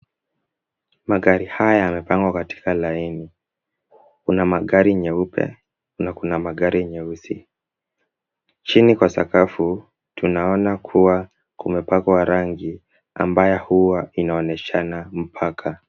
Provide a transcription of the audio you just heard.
Magari haya yamepangwa katika laini, kuna magari nyeupe na kuna magari nyeusi, chini kwa sakafu tunaona kuwa kumepakwa rangi ambayo huwa inaonyeshana mpaka.